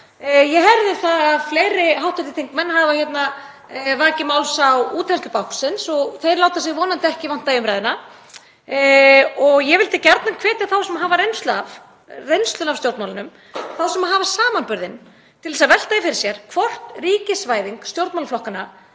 Ég heyri að fleiri hv. þingmenn hafa vakið máls á útþenslu báknsins og þeir láta sig vonandi ekki vanta í umræðuna. Ég vildi gjarnan hvetja þá sem hafa reynslu af stjórnmálum, þá sem hafa samanburðinn, til að velta fyrir sér hvort ríkisvæðing stjórnmálaflokkanna